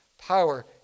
power